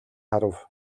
харав